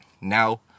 Now